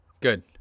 Good